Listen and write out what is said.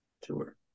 tour